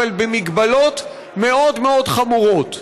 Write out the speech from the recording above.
אבל במגבלות מאוד מאוד חמורות.